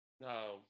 No